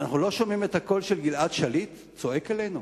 אנחנו לא שומעים את הקול של גלעד שליט צועק אלינו?